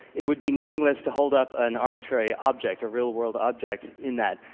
it would be meaningless to hold up an arbitrary object, a real world object in that.